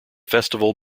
festival